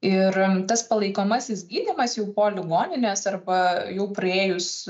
ir tas palaikomasis gydymas jau po ligoninės arba jau praėjus